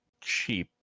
cheap